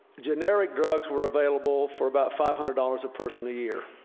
generic drugs were available for about five hundred dollars a person a year.